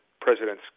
presidents